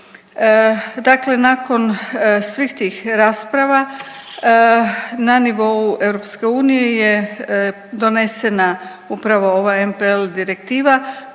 Dakle, nakon svih tih rasprava na nivou EU donesena upravo ova NPL direktiva